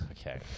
Okay